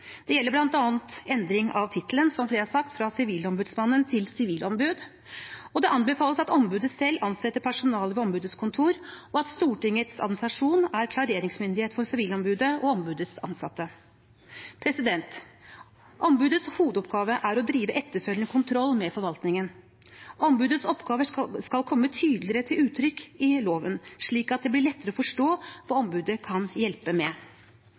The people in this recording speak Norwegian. Det gjelder bl.a. endring av tittelen, fra sivilombudsmann til sivilombud, og det anbefales at ombudet selv ansetter personale ved ombudets kontor, og at Stortingets administrasjon er klareringsmyndighet for Sivilombudet og ombudets ansatte. Ombudets hovedoppgave er å drive etterfølgende kontroll med forvaltningen. Ombudets oppgaver skal komme tydeligere til uttrykk i loven, slik at det blir lettere å forstå hva ombudet kan hjelpe med.